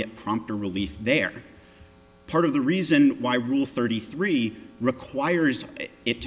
get prompt or relief they're part of the reason why rule thirty three requires it